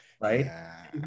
right